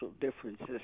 differences